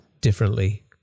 differently